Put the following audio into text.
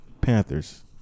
Panthers